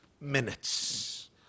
minutes